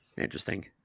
Interesting